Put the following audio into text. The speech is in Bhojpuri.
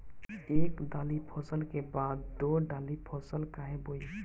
एक दाली फसल के बाद दो डाली फसल काहे बोई?